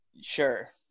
sure